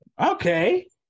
Okay